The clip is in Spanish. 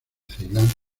ceilán